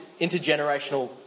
intergenerational